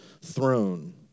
throne